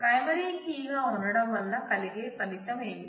ప్రాథమిక కీ గా ఉండటం వల్ల కలిగే ఫలితం ఏమిటి